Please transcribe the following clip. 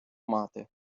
мати